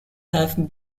have